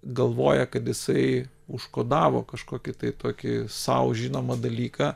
galvoja kad jisai užkodavo kažkokį tai tokį sau žinomą dalyką